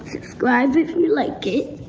subscribe if you like it.